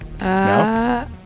No